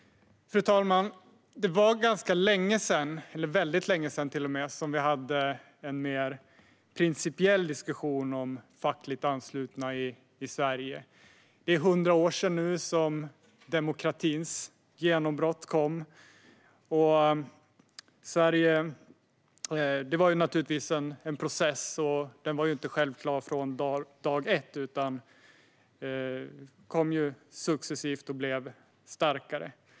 Fru talman! Det var länge sedan som vi hade en mer principiell diskussion om fackligt anslutna i Sverige. Det är nu 100 år sedan som demokratins genombrott kom i Sverige. Det var naturligtvis en process som inte var självklar från dag ett, utan demokratin blev successivt starkare.